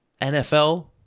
NFL